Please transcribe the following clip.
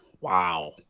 Wow